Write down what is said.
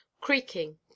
creaking